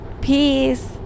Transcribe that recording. Peace